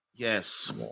Yes